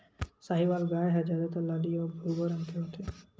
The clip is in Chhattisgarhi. साहीवाल गाय ह जादातर लाली अउ भूरवा रंग के होथे